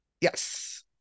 Yes